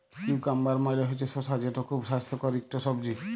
cucumber মালে হছে শসা যেট খুব স্বাস্থ্যকর ইকট সবজি